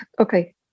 okay